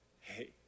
hey